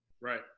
Right